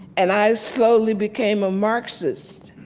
and i slowly became a marxist.